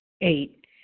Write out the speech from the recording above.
Eight